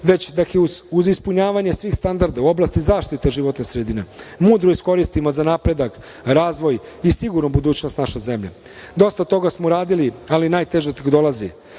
već da ih uz ispunjavanje svih standarda u oblasti zaštite životne sredine mudro iskoristimo za napredak, razvoj i sigurnu budućnost naše zemlje. Dosta toga smo uradili, ali najteže tek dolazi.